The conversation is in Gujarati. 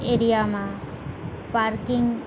એરિયામાં પાર્કિંગ